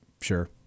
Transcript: Sure